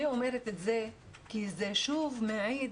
אני אומרת את זה כי זה שוב מעיד